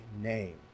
name